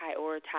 prioritize